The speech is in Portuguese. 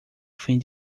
fim